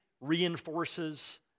reinforces